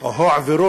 או הועברו